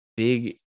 big